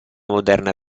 moderna